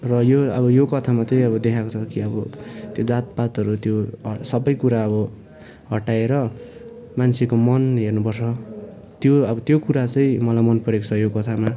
र यो अब यो कथामा चाहिँ अब देखाएको छ कि अब त्यो जातपातहरू त्यो सबै कुरा अब हटाएर मान्छेको मन हेर्नु पर्छ त्यो अब त्यो कुरा चाहिँ मलाई मन परेको छ यो कथामा